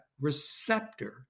receptor